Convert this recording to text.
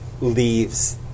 leaves